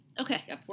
Okay